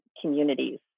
communities